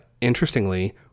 Interestingly